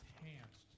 enhanced